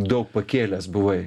daug pakėlęs buvai